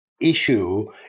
issue